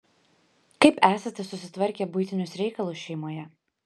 kaip esate susitvarkę buitinius reikalus šeimoje